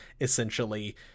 essentially